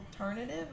alternative